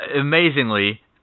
amazingly